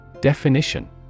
Definition